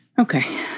Okay